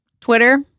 Twitter